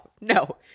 no